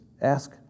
ask